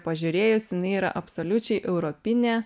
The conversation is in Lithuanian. pažiūrėjus jinai yra absoliučiai europinė